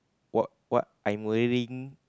what what I'm worrying